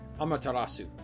Amaterasu